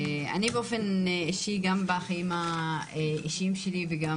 אני באופן אישי גם בחיים האישיים שלי וגם